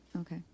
Okay